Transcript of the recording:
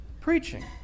Preaching